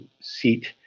seat